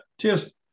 Cheers